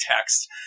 text